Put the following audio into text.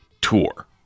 tour